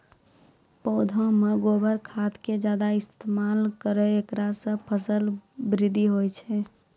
पौधा मे गोबर खाद के ज्यादा इस्तेमाल करौ ऐकरा से फसल बृद्धि होय छै?